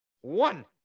one